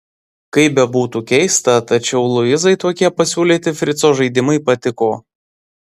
kaip bebūtų keista tačiau luizai tokie pasiūlyti frico žaidimai patiko